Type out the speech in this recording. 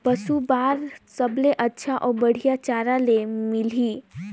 पशु बार सबले अच्छा अउ बढ़िया चारा ले मिलही?